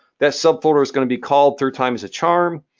that subfolder is going to be called third time is a charm.